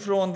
Från